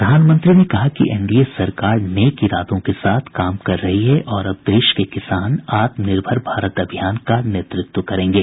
प्रधानमंत्री ने कहा कि एनडीए सरकार नेक इरादों से साथ काम कर रही है और अब देश के किसान आत्मनिर्भर भारत अभियान का नेतृत्व करेंगे